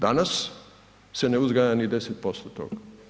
Danas se ne uzgaja ni 10% toga.